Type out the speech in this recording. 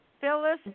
Phyllis